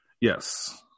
Yes